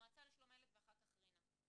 המועצה לשלום הילד, ואחר כך רינה.